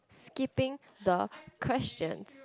skipping the question